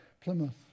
Plymouth